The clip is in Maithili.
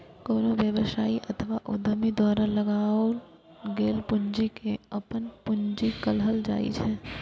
कोनो व्यवसायी अथवा उद्यमी द्वारा लगाओल गेल पूंजी कें अपन पूंजी कहल जाइ छै